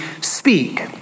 speak